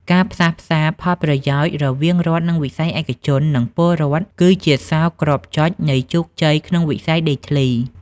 ការផ្សះផ្សាផលប្រយោជន៍រវាងរដ្ឋ វិស័យឯកជន និងពលរដ្ឋ គឺជាសោរគ្រាប់ចុចនៃជោគជ័យក្នុងវិស័យដីធ្លី។